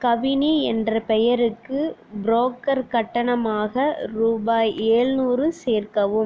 கவினி என்ற பெயருக்கு புரோக்கர் கட்டணமாக ரூபாய் ஏழுநூறு சேர்க்கவும்